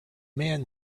man